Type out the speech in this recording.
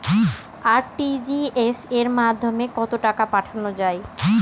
RTGS এর মাধ্যমে কত টাকা পাঠানো যায়?